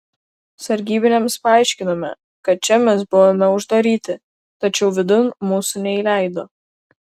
sargybiniams paaiškinome kad čia mes buvome uždaryti tačiau vidun mūsų neįleido